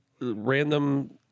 random